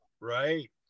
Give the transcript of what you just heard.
Right